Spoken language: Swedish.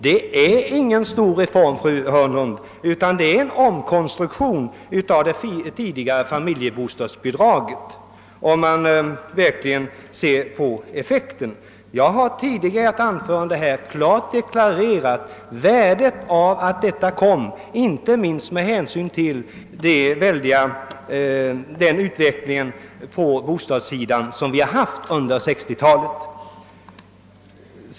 Det är ingen stor reform, fru Hörnlund, utan en omkonstruktion av det tidigare familjebostadsbidraget, om man ser på effekten. Jag har tidigare i ett anförande här klart deklarerat värdet av denna reform, inte minst med hänsyn till utvecklingen på bostadssidan under 1960 talet.